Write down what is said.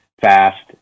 fast